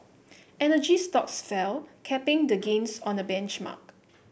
energy stocks fell capping the gains on the benchmark